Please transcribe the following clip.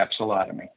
capsulotomy